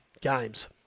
games